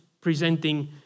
presenting